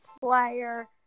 player